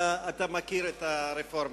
אתה מכיר את הרפורמה.